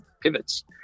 pivots